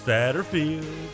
Satterfield